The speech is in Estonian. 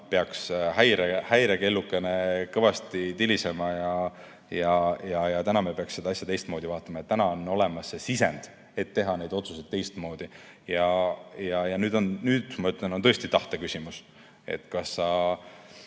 peaks häirekellukene kõvasti tilisema ja me peaksime seda asja teistmoodi vaatama. Nüüd on olemas sisend, et teha neid otsuseid teistmoodi. Ja nüüd, ma ütlen, on tõesti tahte küsimus, kas